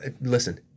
listen